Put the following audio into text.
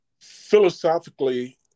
philosophically